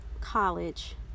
college